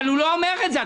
אבל הוא לא אומר את זה.